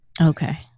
Okay